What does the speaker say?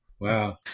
Wow